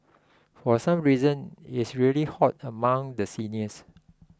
for some reason is really hot among the seniors